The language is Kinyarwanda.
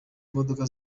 imodoka